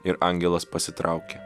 ir angelas pasitraukė